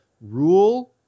rule